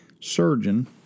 surgeon